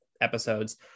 episodes